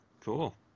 cool